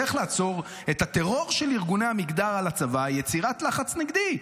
הדרך לעצור את הטרור של ארגוני המגדר על הצבא היא יצירת לחץ נגדי: